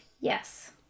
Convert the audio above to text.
Yes